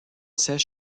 siège